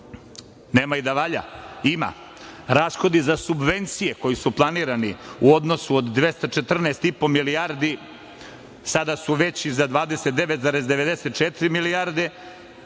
nema i da valja, ima. Rashodi za subvencije koji su planirani u odnosu od 214,5 milijardi sada su veći za 29,94 milijarde